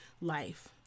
life